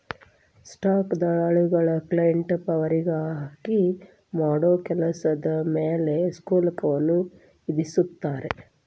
stock ದಲ್ಲಾಳಿಗಳ client ಪರವಾಗಿ ಮಾಡೋ ಕೆಲ್ಸದ್ ಮ್ಯಾಲೆ ಶುಲ್ಕವನ್ನ ವಿಧಿಸ್ತಾರ